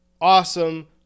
awesome